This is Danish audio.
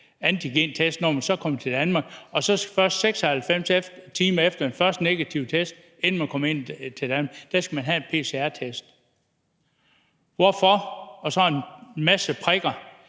antigentest, når man er kommet til Danmark, og først 96 timer efter den første negative test, inden man kommer ind i landet, skal man have en pcr-test, hvorfor skal vi